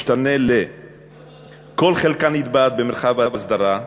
השתנה ל"כל חלקה נתבעת במרחב ההסדרה,